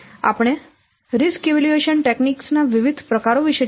આપણે જોખમો મૂલ્યાંકન તકનીકો ના વિવિધ પ્રકારો વિશે ચર્ચા કરી